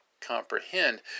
comprehend